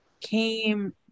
came